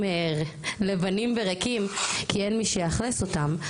לבנים וריקים כי אין מי שיאכלס אותם,